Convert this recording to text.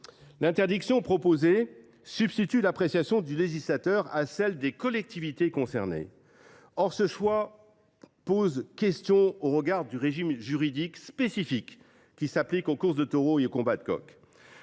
loi tend à substituer l’appréciation du législateur à celle des collectivités concernées. Or ce choix pose question, étant donné le régime juridique spécifique qui s’applique aux courses de taureaux et aux combats de coqs.